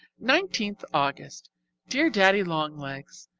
nineteenth august dear daddy-long-legs,